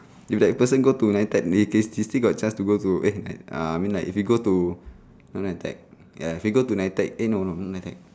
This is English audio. if that person go to N_I_T_E_C they can they still got chance to go to eh ah I mean like if you go to N_I_T_E_C ya if you go to N_I_T_E_C eh not not no N_I_T_E_C